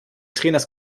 trainers